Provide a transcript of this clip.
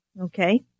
Okay